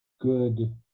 good